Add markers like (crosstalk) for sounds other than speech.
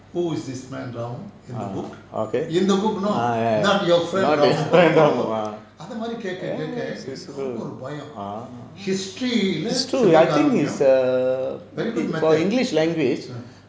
who is this man ramo in the book in the book you know not your friend ramo (laughs) அத மாரி கேக்க கேக்க எல்லாருக்கும் ஒரு பயம்:atha maari kekka kekka ellaarukkum oru bayam history leh சில காருண்யம்:sila kaarunniyam very good method mm